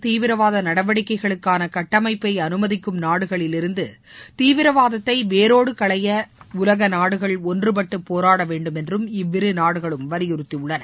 தீவிரவாத நடவடிக்கைகளுக்கான கட்டமைப்பை அனுமதிக்கும் நாடுகளிலிருந்து தீவிரவாதத்தை வேரோடு களைய உலக நாடுகள் ஒன்றுபட்டு போராட வேண்டும் என்று இவ்விரு நாடுகளும் வலியுறுத்தியுள்ளன